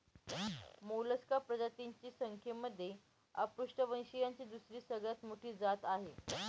Mollusca प्रजातींच्या संख्येमध्ये अपृष्ठवंशीयांची दुसरी सगळ्यात मोठी जात आहे